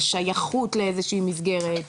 לשייכות למסגרת מסוימת,